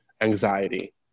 anxiety